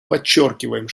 подчеркиваем